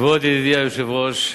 כבוד ידידי היושב-ראש,